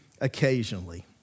occasionally